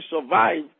survive